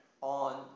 on